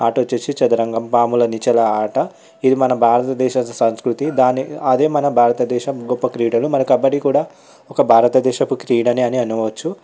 అటు వచ్చేసి చదరంగం పాముల నిచ్చెనల ఆట ఇది మన భారతదేశ సంస్కృతి దాని అదే మన భారతదేశం గొప్ప క్రీడలు మన కబడ్డీ కూడా ఒక భారత దేశపు క్రీడనే అని అనవచ్చు